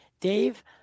Dave